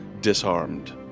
disarmed